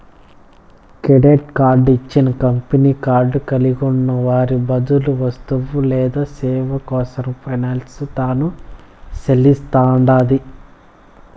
credit card ఇచ్చిన company card కలిగున్న వారి బదులు వస్తువు లేదా సేవ కోసరం పైసలు తాను సెల్లిస్తండాది